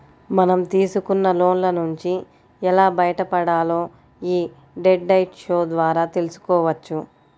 మనం తీసుకున్న లోన్ల నుంచి ఎలా బయటపడాలో యీ డెట్ డైట్ షో ద్వారా తెల్సుకోవచ్చు